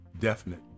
Definite